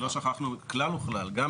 כלל וכלל לא שכחנו.